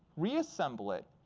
reassemble it,